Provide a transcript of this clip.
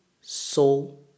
soul